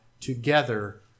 together